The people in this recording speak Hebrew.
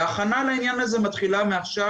וההכנה לעניין הזה מתחילה מעכשיו.